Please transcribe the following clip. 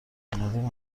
مردم